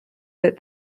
that